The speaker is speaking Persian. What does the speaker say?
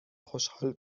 خوشحال